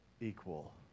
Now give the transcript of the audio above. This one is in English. equal